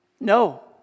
No